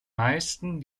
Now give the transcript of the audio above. meisten